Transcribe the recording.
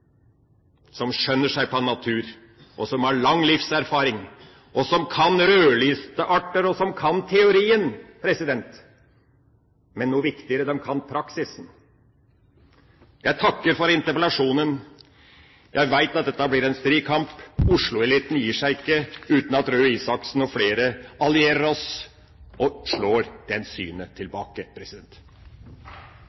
som skjønner seg på natur, som har lang livserfaring, som kan rødlistearter, og som kan teorien. Men noe som er viktigere: De kan praksis. Jeg takker for interpellasjonen. Jeg vet at dette blir en strid kamp. Oslo-eliten gir seg ikke uten at Røe Isaksen og flere av oss allierer seg og slår det synet tilbake. Først har jeg også lyst til